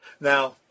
Now